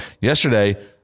Yesterday